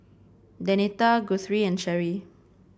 Denita Guthrie and Cheri